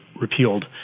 repealed